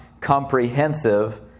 comprehensive